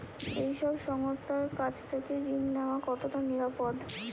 এই সব সংস্থার কাছ থেকে ঋণ নেওয়া কতটা নিরাপদ?